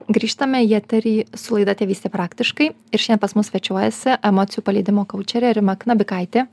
grįžtame į eterį su laida tėvystė praktiškai ir šiandien pas mus svečiuojasi emocijų paleidimo koučerė rima knabikaitė